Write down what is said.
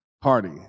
Party